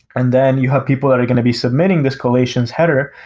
and then you have people that are going to be submitting the escalations header,